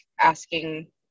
asking